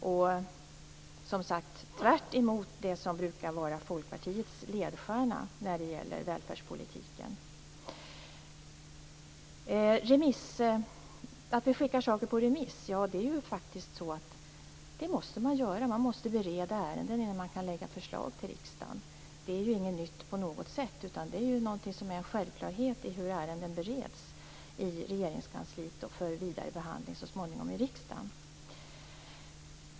Det är, som sagt var, tvärtemot det som brukar vara Folkpartiets ledstjärna när det gäller välfärdspolitiken. Vi skickar frågor på remiss därför att man måste göra det när man bereder ärenden, innan man kan lägga fram förslag för riksdagen. Det är inte något nytt, utan det är en självklarhet när ärenden bereds i Regeringskansliet för att så småningom behandlas vidare i riksdagen.